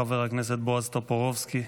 חבר הכנסת בועז טופורובסקי.